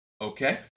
Okay